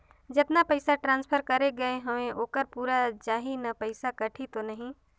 जतना पइसा ट्रांसफर करे गये हवे ओकर पूरा जाही न पइसा कटही तो नहीं?